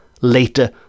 later